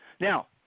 Now